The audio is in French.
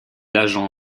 l’agent